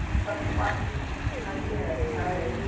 some people actually think this is a good idea so,